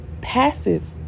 Passive